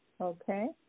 Okay